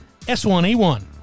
S1E1